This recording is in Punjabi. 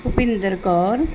ਭੁਪਿੰਦਰ ਕੌਰ